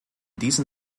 diesen